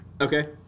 Okay